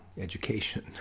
education